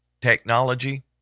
technology